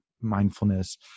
mindfulness